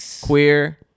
queer